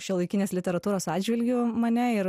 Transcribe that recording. šiuolaikinės literatūros atžvilgiu mane ir